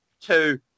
two